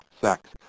sex